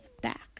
back